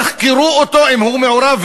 נא תחקרו אותו אם הוא מעורב,